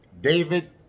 David